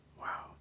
Wow